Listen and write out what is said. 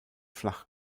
flach